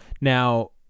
Now